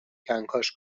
کنکاش